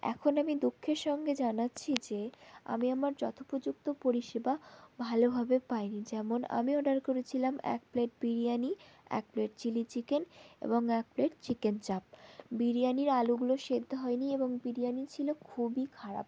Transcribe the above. এখন আমি দুঃখের সঙ্গে জানাচ্ছি যে আমি আমার যথোপযুক্ত পরিষেবা ভালোভাবে পাইনি যেমন আমি অর্ডার করেছিলাম এক প্লেট বিরিয়ানি এক প্লেট চিলি চিকেন এবং এক প্লেট চিকেন চাপ বিরিয়ানির আলুগুলো সিদ্ধ হয়নি এবং বিরিয়ানি ছিল খুবই খারাপ